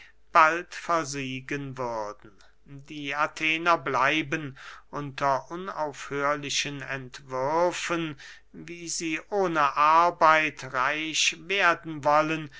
bald versiegen würden die athener bleiben unter unaufhörlichen entwürfen wie sie ohne arbeit reich werden wollen